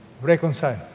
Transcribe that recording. Reconcile